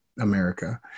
America